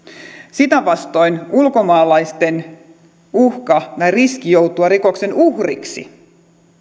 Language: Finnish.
sitä vastoin ulkomaalaisten riski joutua rikoksen uhriksi